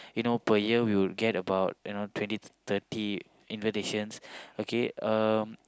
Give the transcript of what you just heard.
you know per year we will get about you know twenty to thirty invitations okay um